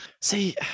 See